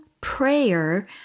prayer